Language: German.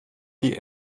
die